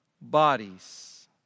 bodies